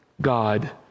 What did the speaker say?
God